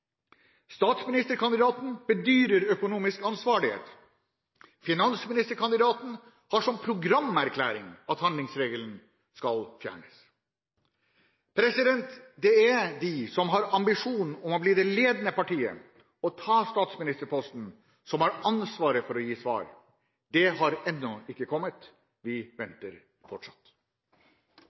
Statsministerkandidaten bedyrer økonomisk ansvarlighet. Finansministerkandidaten har som programerklæring at handlingsregelen skal fjernes. Det er de som har ambisjonen om å bli det ledende partiet og ta statsministerposten, som har ansvaret for å gi svar. Det har ennå ikke kommet. Vi venter fortsatt.